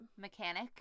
Mechanic